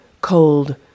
Cold